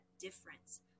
difference